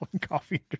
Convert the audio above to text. coffee